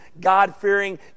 God-fearing